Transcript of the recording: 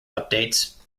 updates